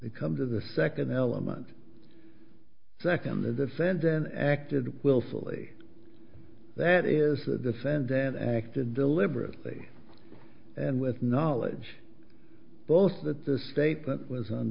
they come to the second element second the defendant acted willfully that is the defendant acted deliberately and with knowledge both that the statement was